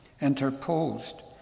interposed